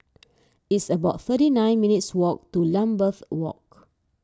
it's about thirty nine minutes' walk to Lambeth Walk